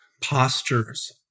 postures